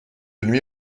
nuit